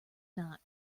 not